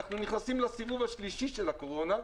אנחנו נכנסים לסיבוב השלישי של הקורונה.